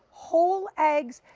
whole eggs,